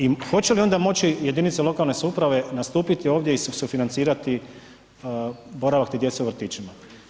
I hoće li onda moći jedinice lokalne samouprave nastupiti ovdje i sufinancirati boravak te djece u vrtićima.